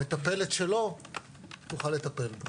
המטפלת שלו תוכל לטפל בו...